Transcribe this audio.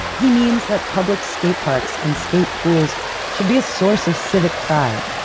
he means that public skateparks and skate pools should be a source of civic pride,